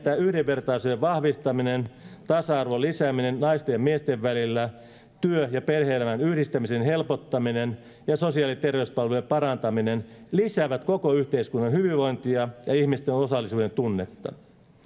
että yhdenvertaisuuden vahvistaminen tasa arvon lisääminen naisten ja miesten välillä työ ja perhe elämän yhdistämisen helpottaminen ja sosiaali ja terveyspalvelujen parantaminen lisäävät koko yhteiskunnan hyvinvointia ja ihmisten osallisuuden tunnetta